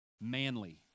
Manly